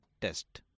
test